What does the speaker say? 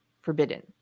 forbidden